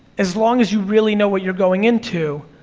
as long as you really know what you're going into,